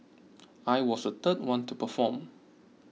I was the third one to perform